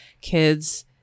kids